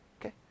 Okay